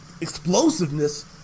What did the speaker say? explosiveness